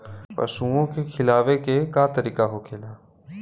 पशुओं के खिलावे के का तरीका होखेला?